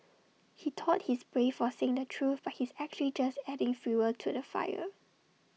he thought he's brave for saying the truth but he's actually just adding fuel to the fire